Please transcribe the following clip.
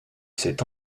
cette